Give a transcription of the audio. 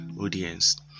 audience